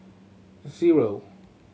zero